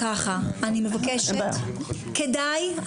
אני מבקשת, כדאי.